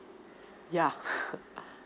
yeah